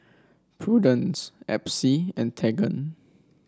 Prudence Epsie and Tegan